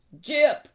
jip